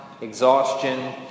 exhaustion